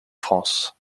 france